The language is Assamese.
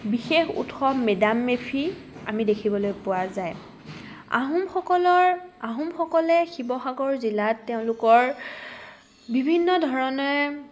বিশেষ উৎসৱ মেডাম মেফি আমি দেখিবলৈ পোৱা যায় আহোমসকলৰ আহোমসকলে শিৱসাগৰ জিলাত তেওঁলোকৰ বিভিন্ন ধৰণে